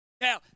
Now